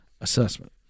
assessment